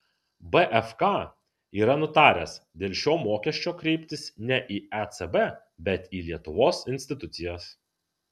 bfk yra nutaręs dėl šio mokesčio kreiptis ne į ecb bet į lietuvos institucijas